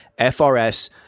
FRS